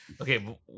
Okay